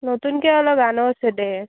নতুনকৈ অলপ গানো আছে দে